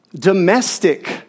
domestic